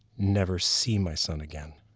never see my son again